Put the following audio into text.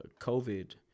COVID